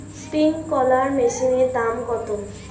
Sprinkler মেশিনের দাম কত?